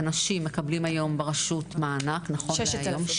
מקבלים היום ברשות מענק, נכון להיום.